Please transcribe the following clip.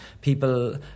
people